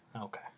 Okay